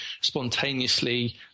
spontaneously